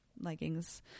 leggings